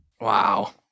Wow